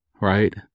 right